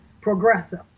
progressive